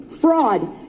fraud